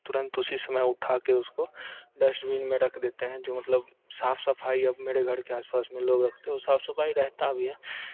तुरंत उसी समय उठाके उसको डस्टबीन में रख देते हैं जो मतलब साफ़ सफ़ाई अब मेरे घर के आस पास में लोग रखते हैं और साफ़ सफ़ाई रहता भी है